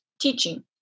teaching